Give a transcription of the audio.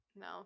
No